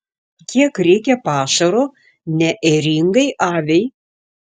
kiek reikia pašaro neėringai aviai